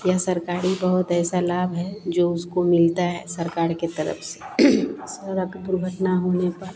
यह सरकारी बहुत ऐसा लाभ है जो उसको मिलता है सारकार की तरफ से सड़क दुर्घटना होने पर